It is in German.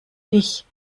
dich